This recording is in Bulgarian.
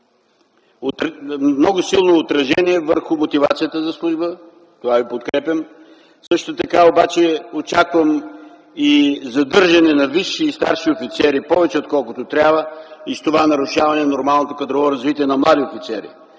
много силно отражение върху мотивацията за служба, в това Ви подкрепям. Също така обаче очаквам и задържане на висши и старши офицери повече отколкото трябва и с това нарушаване на нормалното кадрово развитие на млади офицери.